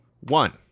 one